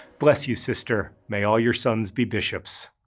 bless you sister. may all your sons be bishops.